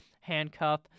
handcuff